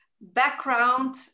background